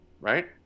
right